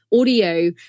audio